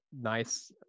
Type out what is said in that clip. nice